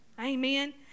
Amen